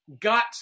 Got